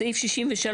סעיף 63